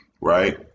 right